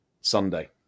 Sunday